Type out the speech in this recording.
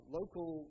local